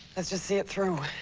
let's just see it through.